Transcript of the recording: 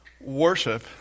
worship